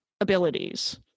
abilities